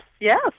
yes